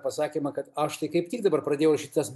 pasakymą kad aš tai kaip tik dabar pradėjau šitas